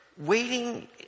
waiting